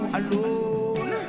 alone